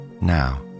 Now